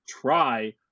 try